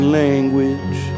language